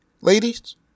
ladies